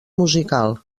musical